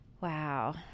Wow